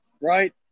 right